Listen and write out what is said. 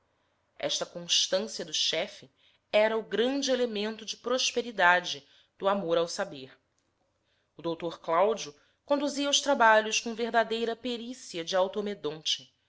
esta constância do chefe era o grande elemento de prosperidade do amor ao saber o dr cláudio conduzia os trabalhos com verdadeira perícia de